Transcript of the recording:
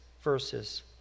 verses